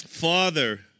Father